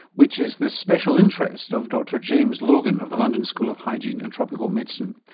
which is the special interest of dr james logan of the london school of hygiene and tropical medicine.